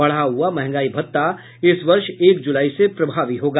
बढ़ा हुआ महंगाई भत्ता इस वर्ष एक जुलाई से प्रभावी होगा